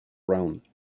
round